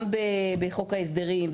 גם בחוק ההסדרים,